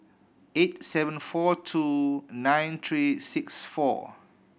eight seven four two nine three six four